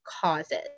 causes